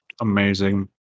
amazing